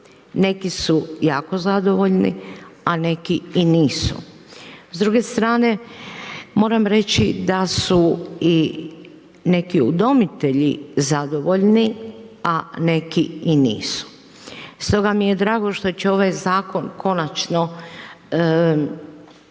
Neki su jako zadovoljni, a neki i nisu. S druge strane moram reći da su i neki udomitelji zadovoljni, a neki i nisu. Stoga mi je drago što će ovaj zakon konačno